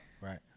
right